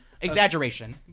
Exaggeration